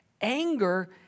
anger